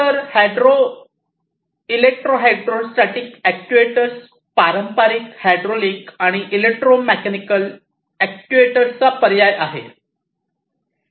तर हा electro hydrostatic actuators पारंपारिक हायड्रॉलिक आणि इलेक्ट्रोमेकॅनिकल अॅक्ट्युएटर्सचा पर्याय आहे